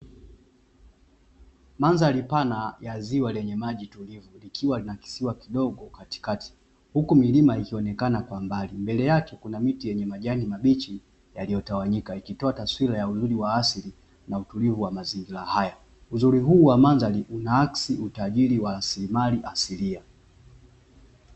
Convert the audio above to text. Mandhari pana ya ziwa lenye maji tulivyo likiwa lina kisiwa kidogo katikati, huku milima ikionekana kwa mbali mbele yake kuna miti yenye majani mabichi yaliyotawanyika ikitoa taswira ya uzuri wa asili na utulivu wa mazingira hayo, uzuri huu wa mandhari unaaksi utajiri wa raslimali asilia.